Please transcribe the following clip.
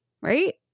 right